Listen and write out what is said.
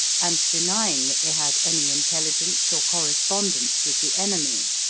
and denying that they had any intelligence or correspondence with the enemy.